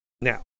now